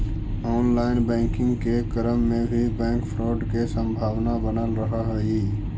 online banking के क्रम में भी बैंक फ्रॉड के संभावना बनल रहऽ हइ